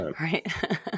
Right